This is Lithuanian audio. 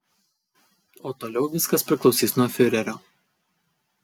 o toliau viskas priklausys nuo fiurerio